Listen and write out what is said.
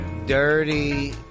Dirty